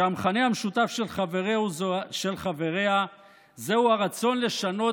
שהמכנה המשותף של חבריה הוא הרצון לשנות